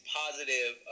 positive